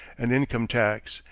an income tax,